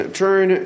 turn